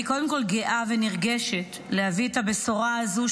אני קודם כול גאה ונרגשת להביא את הבשורה הזו,